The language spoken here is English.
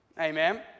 Amen